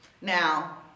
Now